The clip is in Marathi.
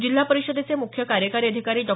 जिल्हा परिषदेचे मुख्य कार्यकारी अधिकारी डॉ